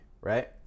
right